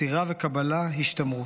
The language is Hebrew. מסירה וקבלה, השתמרות.